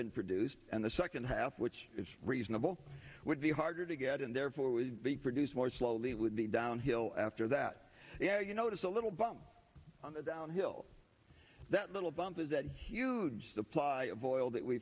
been produced and the second half which is reasonable would be harder to get and therefore with the produce more slowly it would be downhill after that you notice a little bump on the downhill that little bump of that huge supply of oil